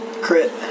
Crit